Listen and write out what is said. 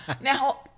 Now